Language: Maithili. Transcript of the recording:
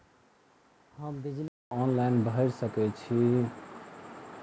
हम बिजली बिल ऑनलाइन भैर सकै छी?